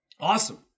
Awesome